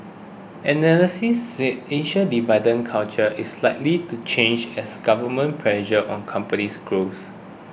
analysis said Asia's dividend culture is likely to change as government pressure on companies grows